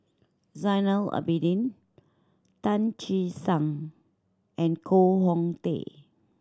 Zainal Abidin Tan Che Sang and Koh Hong Teng